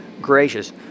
Gracious